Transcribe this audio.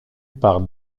par